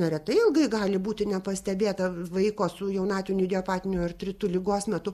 neretai ilgai gali būti nepastebėta vaiko su jaunatviniu idiopatiniu artritu ligos metu